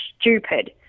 stupid